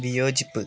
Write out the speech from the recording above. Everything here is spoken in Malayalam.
വിയോജിപ്പ്